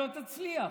ולא תצליח,